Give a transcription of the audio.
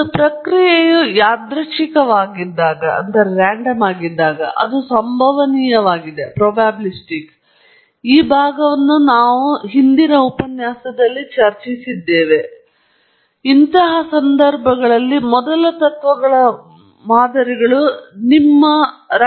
ಒಂದು ಪ್ರಕ್ರಿಯೆಯು ಯಾದೃಚ್ಛಿಕವಾಗಿದ್ದಾಗ ಅದು ಸಂಭವನೀಯವಾಗಿದೆ ಮತ್ತು ಈ ಭಾಗವನ್ನು ಕೊನೆಯ ಉಪನ್ಯಾಸದಲ್ಲಿ ನಾವು ಚರ್ಚಿಸಿದ್ದೇವೆ ಇಂತಹ ಸಂದರ್ಭಗಳಲ್ಲಿ ಮೊದಲ ತತ್ವಗಳ ಮಾದರಿಗಳು ನಿಮ್ಮ ಪಾರುಗಾಣಿಕಾಕ್ಕೆ ಕಷ್ಟಕರವಾಗಿ ಬರುತ್ತವೆ